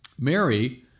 Mary